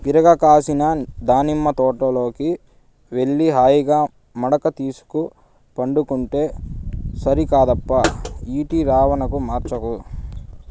విరగ కాసిన దానిమ్మ తోటలోకి వెళ్లి హాయిగా మడక తీసుక పండుకుంటే సరికాదప్పా ఈటి రవాణా మార్చకు